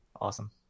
awesome